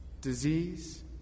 disease